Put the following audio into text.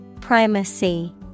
Primacy